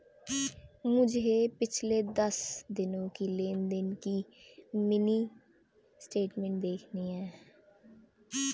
मुझे पिछले दस दिनों की लेन देन की मिनी स्टेटमेंट देखनी है